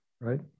right